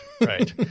right